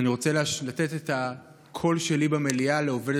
ואני רוצה לתת את הקול שלי במליאה לעובדת